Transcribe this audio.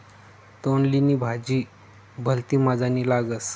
तोंडली नी भाजी भलती मजानी लागस